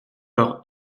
par